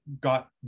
got